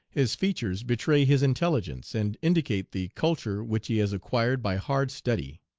his features betray his intelligence, and indicate the culture which he has acquired by hard study.